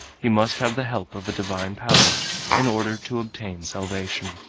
he must have the help of a divine power in order to obtain salvation.